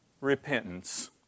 repentance